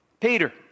Peter